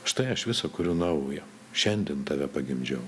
štai aš visą kuriu naują šiandien tave pagimdžiau